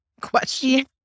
question